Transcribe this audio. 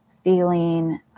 feeling